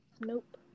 Nope